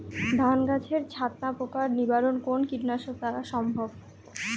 ধান গাছের ছাতনা পোকার নিবারণ কোন কীটনাশক দ্বারা সম্ভব?